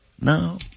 No